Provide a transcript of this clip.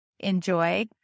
enjoy